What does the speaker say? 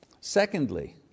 Secondly